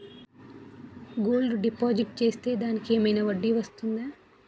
Gold deposit చేస్తే దానికి ఏమైనా వడ్డీ వస్తుందా?